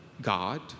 God